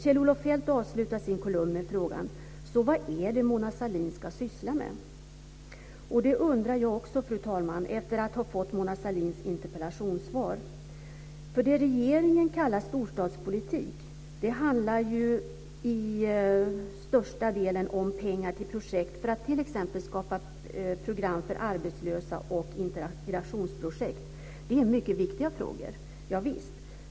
Kjell-Olof Feldt avslutar sin kolumn med frågan: "Så vad är det Mona Sahlin ska syssla med?" Det undrar jag också, fru talman, efter att ha fått Mona Sahlins interpellationssvar. Det regeringen kallar storstadspolitik handlar ju till största delen om pengar till projekt för att t.ex. skapa program för arbetslösa och om integrationsprojekt. Det är mycket viktiga frågor, javisst.